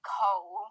coal